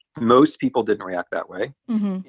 most people didn't react that way.